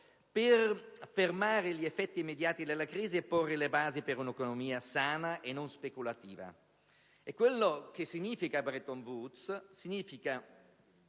per fermare gli effetti immediati della crisi e porre le basi per un'economia sana e non speculativa in futuro. Della nuova Bretton Woods segnalo